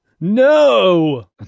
No